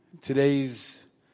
Today's